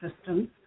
systems